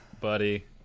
buddy